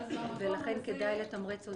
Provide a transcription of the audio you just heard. ולכן כדאי לתמרץ.